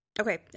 Okay